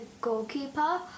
goalkeeper